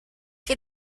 che